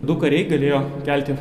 du kariai galėjo kelti